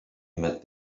met